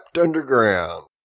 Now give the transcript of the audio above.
underground